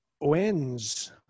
wins